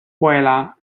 viola